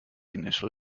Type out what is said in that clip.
initial